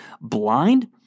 blind